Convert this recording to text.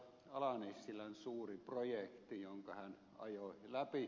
ala nissilän suuri projekti jonka hän ajoi läpi